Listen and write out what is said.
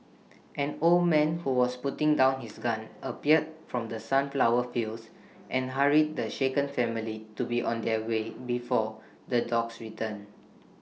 an old man who was putting down his gun appeared from the sunflower fields and hurried the shaken family to be on their way before the dogs return